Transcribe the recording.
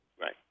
Right